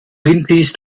greenpeace